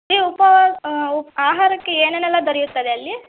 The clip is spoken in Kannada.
ನೀವು ಉಪಾ ಉ ಆಹಾರಕ್ಕೆ ಏನೇನೆಲ್ಲ ದೊರಿಯುತ್ತದೆ ಅಲ್ಲಿ